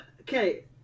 Okay